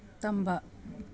ꯇꯝꯕ